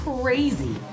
crazy